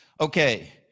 Okay